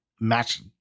match